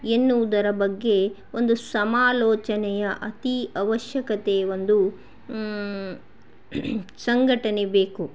ಎನ್ನುವುದರ ಬಗ್ಗೆ ಒಂದು ಸಮಾಲೋಚನೆಯ ಅತೀ ಅವಶ್ಯಕತೆ ಒಂದು ಸಂಘಟನೆ ಬೇಕು